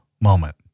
moment